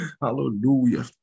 Hallelujah